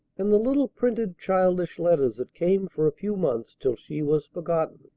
and the little printed childish letters that came for a few months till she was forgotten.